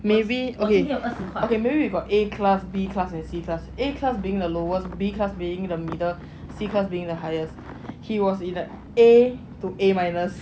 maybe okay ya okay maybe we've got A class B class and C class A class being the lowest B class being the middle C class being the highest he was in the A to A minus